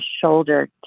shoulder